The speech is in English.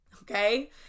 okay